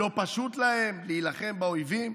לא פשוט להם להילחם באויבים,